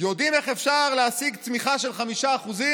"יודעים איך אפשר להשיג צמיחה של 5%?